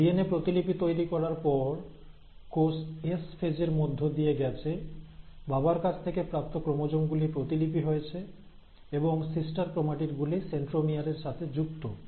DNA প্রতিলিপি তৈরি করার পর কোষ এস ফেজের মধ্য দিয়ে গেছে বাবার কাছ থেকে প্রাপ্ত ক্রোমোজোম গুলি প্রতিলিপি হয়েছে এবং সিস্টার ক্রোমাটিড গুলি সেন্ট্রোমিয়ার এর সাথে যুক্ত হয়েছে